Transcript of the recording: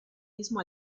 mismo